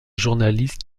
journaliste